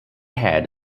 had